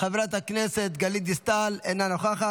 חברת הכנסת גלית דיסטל, אינה נוכחת.